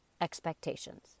expectations